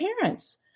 parents